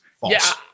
false